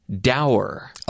Dower